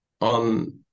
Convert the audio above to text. on